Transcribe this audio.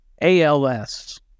ALS